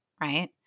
right